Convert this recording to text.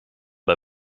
bij